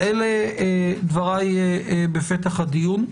אלה דבריי בפתח הדיון.